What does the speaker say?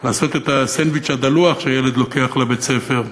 לעשות את הסנדוויץ' הדלוח שהילד לוקח לבית-הספר.